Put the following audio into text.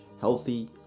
healthy